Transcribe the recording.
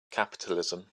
capitalism